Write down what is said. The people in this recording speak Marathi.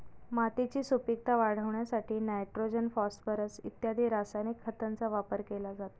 मातीची सुपीकता वाढवण्यासाठी नायट्रोजन, फॉस्फोरस इत्यादी रासायनिक खतांचा वापर केला जातो